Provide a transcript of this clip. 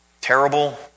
terrible